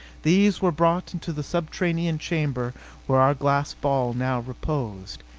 these were brought into the subterranean chamber where our glass ball now reposed.